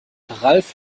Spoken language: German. ralf